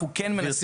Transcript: אנחנו כן --- גברתי,